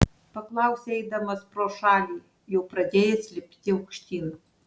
paklausė eidamas pro šalį jau pradėjęs lipti aukštyn